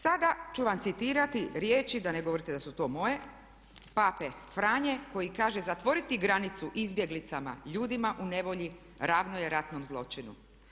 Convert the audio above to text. Sada ću vam citirati riječi, da ne govorite da su to moje, Pape Franje koji kaže, zatvoriti granicu izbjeglicama, ljudima u nevolji, ravno je ratnom zločinu.